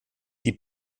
die